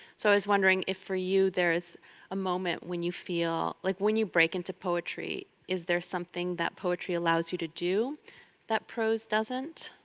so i was wondering if for you, there's a moment when you feel. like when you break into poetry, is there something that poetry allows you to do that prose doesn't?